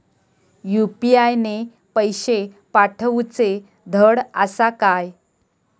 UPI ने पैशे पाठवूचे धड आसा काय?